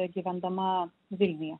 gyvendama vilniuje